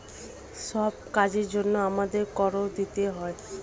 সব কাজের জন্যে আমাদের কর দিতে হয়